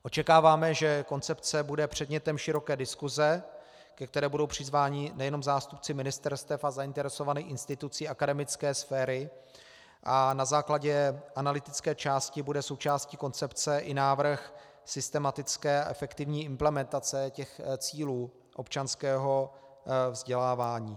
Očekáváme, že koncepce bude předmětem široké diskuse, ke které budou přizváni nejenom zástupci ministerstev a zainteresovaných institucí akademické sféry, a na základě analytické části bude součástí koncepce i návrh systematické efektivní implementace cílů občanského vzdělávání.